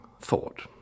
thought